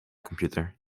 computer